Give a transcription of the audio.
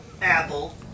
Apple